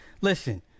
Listen